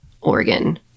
Oregon